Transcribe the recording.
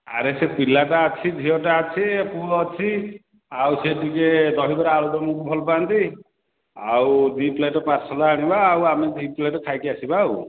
ଆରେ ସେ ପିଲାଟା ଅଛି ଝିଅଟା ଅଛି ଆଉ ସେ ପୁଅ ଅଛି ଆଉ ସେ ଟିକିଏ ଦହିବରା ଆଳୁଦମ୍କୁ ଭଲପାଆନ୍ତି ଆଉ ଦୁଇ ପ୍ଲେଟ୍ ପାର୍ସଲ୍ ଆଣିବା ଆଉ ଆମେ ଦୁଇ ପ୍ଲେଟ୍ ଖାଇକି ଆସିବା ଆଉ